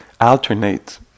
alternate